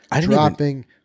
dropping